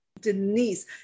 Denise